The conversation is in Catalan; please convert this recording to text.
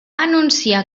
anunciar